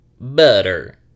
Butter